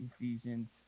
Ephesians